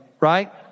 right